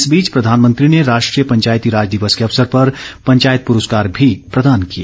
इस बीच प्रधानमंत्री ने राष्ट्रीय पंचायती राज दिवस के अवसर पर पंचायत पुरस्कार भी प्रदान किए